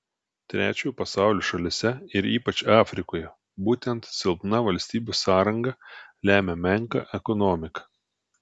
trečiojo pasaulio šalyse ir ypač afrikoje būtent silpna valstybių sąranga lemia menką ekonomiką